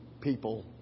people